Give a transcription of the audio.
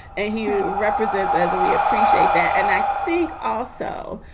and he represents as we appreciate that. and i think also,